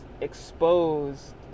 exposed